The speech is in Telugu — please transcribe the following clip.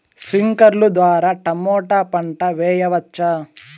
స్ప్రింక్లర్లు ద్వారా టమోటా పంట చేయవచ్చా?